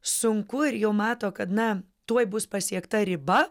sunku ir jau mato kad na tuoj bus pasiekta riba